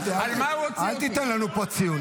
הוא היה צריך להוציא אותך -- אל תיתן לנו פה ציונים.